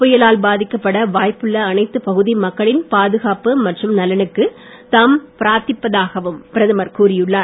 புயலால் பாதிக்கப்பட வாய்ப்புள்ள அனைத்து பகுதி மக்களின் பாதுகாப்பு மற்றும் நலனுக்கு தாம் பிராதிப்பதாகவும் பிரதமர் கூறியுள்ளார்